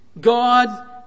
God